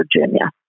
Virginia